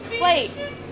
wait